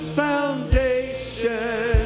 foundation